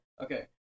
Okay